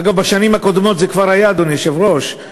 אגב, זה כבר היה בשנים קודמות,